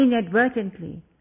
inadvertently